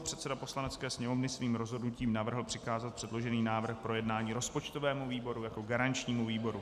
Předseda Poslanecké sněmovny svým rozhodnutím navrhl přikázat předložený návrh k projednání rozpočtovému výboru jako garančnímu výboru.